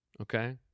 Okay